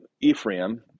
Ephraim